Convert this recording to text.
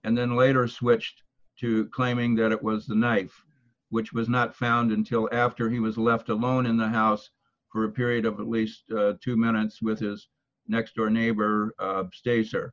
and then later switched to claiming that it was the night which was not found until after he was left alone in the house for a period of at least two minutes with his next door neighbor sta